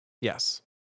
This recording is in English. Yes